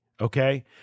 okay